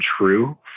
true